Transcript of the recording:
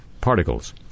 particles